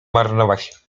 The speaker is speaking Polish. marnować